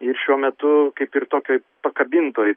ir šiuo metu kaip ir tokioj pakabintoj